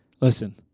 listen